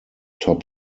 top